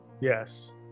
Yes